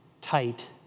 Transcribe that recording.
tight